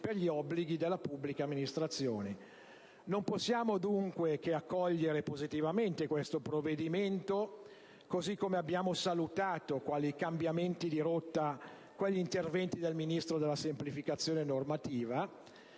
per gli obblighi della pubblica amministrazione. Non possiamo, dunque, che accogliere positivamente questo provvedimento, così come abbiamo salutato quali cambiamenti di rotta quegli interventi del Ministro per la semplificazione normativa,